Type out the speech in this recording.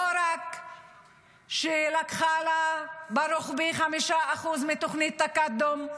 לא רק שלקחה לה ברוחבי 5% מתוכנית תקאדום,